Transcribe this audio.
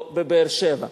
או בבאר-שבע.